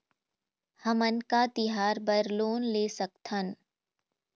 हमन का तिहार बर लोन ले सकथन?